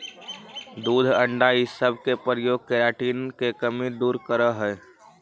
दूध अण्डा इ सब के प्रयोग केराटिन के कमी दूर करऽ हई